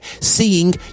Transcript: seeing